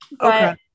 Okay